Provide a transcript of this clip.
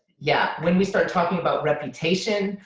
yeah, when we start talking about reputation,